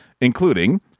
including